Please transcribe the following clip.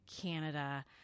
Canada